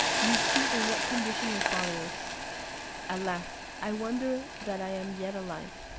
you see in what condition your father is alas! i wonder that i am yet alive!